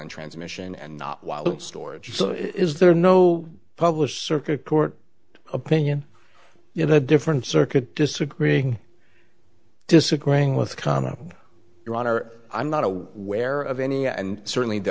in transmission and not while in storage so is there no published circuit court opinion you have a different circuit disagreeing disagreeing with common your honor i'm not aware of any and certainly the